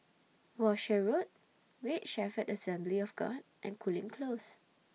Walshe Road Great Shepherd Assembly of God and Cooling Close